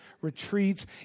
retreats